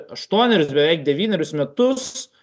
aštuonerius beveik devynerius metus